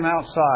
outside